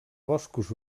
boscos